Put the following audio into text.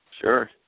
Sure